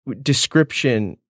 description